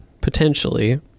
potentially